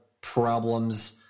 problems